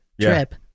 trip